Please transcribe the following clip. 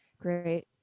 Great